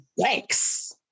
thanks